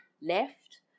Left